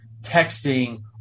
texting